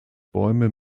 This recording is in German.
bäume